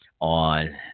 on